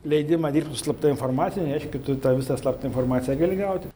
leidimą dirbt su slapta informacija nereiškia kad tu tą visą slaptą informaciją gali gauti